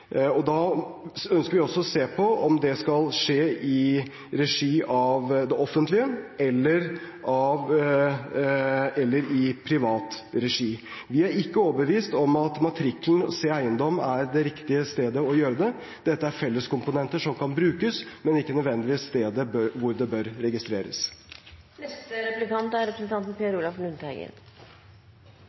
Da ønsker vi også å se på om det skal skje i regi av det offentlige eller i privat regi. Vi er ikke overbevist om at matrikkelen Se eiendom er det riktige stedet å gjøre det. Dette er felleskomponenter som kan brukes, men ikke nødvendigvis stedet hvor det bør registreres. Som jeg sa i mitt innlegg, ordet «seriøst» er